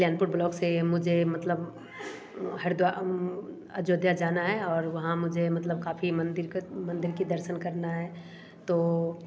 Kalyanpur block से मुझे मतलब हरिद्वार अयोध्या जाना है और वहाँ मुझे मतलब काफ़ी मंदिर का मंदिर की दर्शन करना है तो